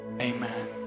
amen